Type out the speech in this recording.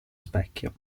specchio